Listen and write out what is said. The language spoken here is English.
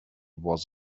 was